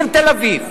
העיר תל-אביב,